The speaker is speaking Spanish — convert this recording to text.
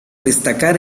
destacar